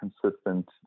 consistent